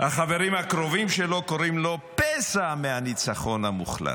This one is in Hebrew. החברים הקרובים שלו קוראים לו "פסע מהניצחון המוחלט".